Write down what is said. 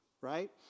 right